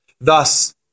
Thus